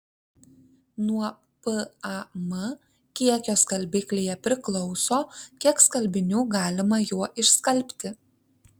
nuo pam kiekio skalbiklyje priklauso kiek skalbinių galima juo išskalbti